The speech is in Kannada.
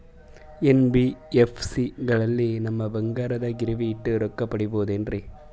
ಎನ್.ಬಿ.ಎಫ್.ಸಿ ಗಳಲ್ಲಿ ನಮ್ಮ ಬಂಗಾರನ ಗಿರಿವಿ ಇಟ್ಟು ರೊಕ್ಕ ಪಡೆಯಬಹುದೇನ್ರಿ?